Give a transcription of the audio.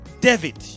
david